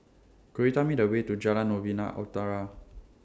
Could YOU Tell Me The Way to Jalan Novena Utara